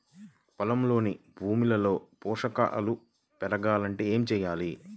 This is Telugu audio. పొలంలోని భూమిలో పోషకాలు పెరగాలి అంటే ఏం చేయాలి?